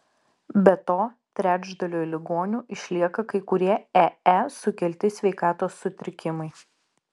be to trečdaliui ligonių išlieka kai kurie ee sukelti sveikatos sutrikimai